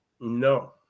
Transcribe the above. no